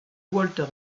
walter